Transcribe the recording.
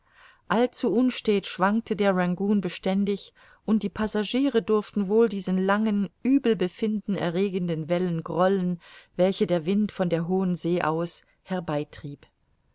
allzu unstät schwankte der rangoon beständig und die passagiere durften wohl diesen langen uebelbefinden erregenden wellen grollen welche der wind von der hohen see aus